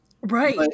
right